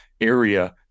area